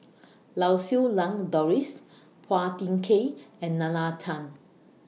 Lau Siew Lang Doris Phua Thin Kiay and Nalla Tan